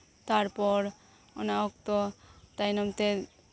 ᱛᱟᱨᱯᱚᱨ ᱚᱱᱟ ᱚᱠᱛᱚ ᱛᱟᱭᱱᱚᱢ ᱛᱮ